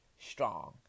strong